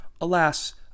alas